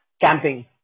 camping